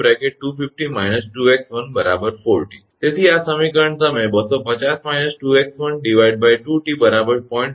8 × 250 2𝑇250 − 2𝑥1 40 તેથી આ સમીકરણ તમે 250 − 2𝑥1 2𝑇 0